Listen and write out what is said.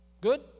Good